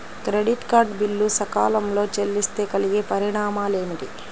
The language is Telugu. క్రెడిట్ కార్డ్ బిల్లు సకాలంలో చెల్లిస్తే కలిగే పరిణామాలేమిటి?